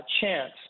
chance